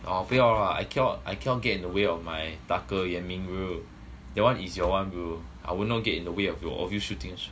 !wah! 我不要 ah I cannot I cannot get in the way of my 大哥 yan ming bro that one is your [one] bro I will not get in the way of your of you shootings